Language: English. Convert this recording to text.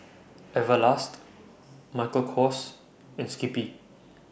Everlast Michael Kors and Skippy